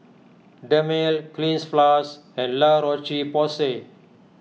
Dermale Cleanz Plus and La Roche Porsay